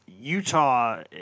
Utah